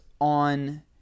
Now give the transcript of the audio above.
on